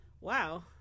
Wow